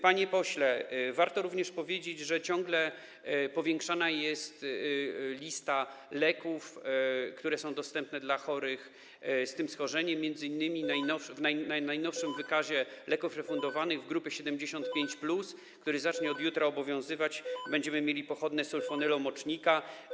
Panie pośle, warto również powiedzieć, że ciągle powiększana jest lista leków, które są dostępne dla chorych z tym schorzeniem, m.in. w najnowszym wykazie leków refundowanych dotyczącym grupy 75+, który zacznie od jutra obowiązywać, będziemy mieli pochodne sulfonylomocznika.